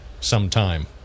sometime